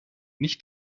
nicht